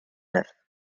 neuf